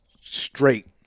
straight